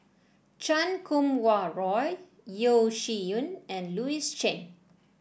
Chan Kum Wah Roy Yeo Shih Yun and Louis Chen